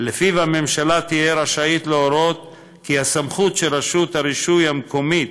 שלפיו הממשלה תהיה רשאית להורות כי הסמכות של רשות הרישוי המקומית